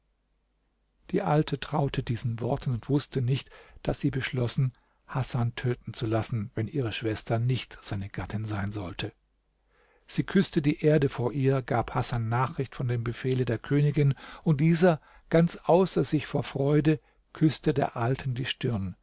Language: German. die alte traute diesen worten und wußte nicht daß sie beschlossen hasan töten zu lassen wenn ihre schwester nicht seine gattin sein sollte sie küßte die erde vor ihr gab hasan nachricht von dem befehle der königin und dieser ganz außer sich vor freude küßte der alten die stirn